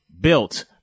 built